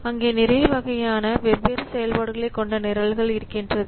அங்கே நிறைய வகையான வெவ்வேறு செயல்பாடுகளை கொண்ட நிரல்கள் இருக்கின்றது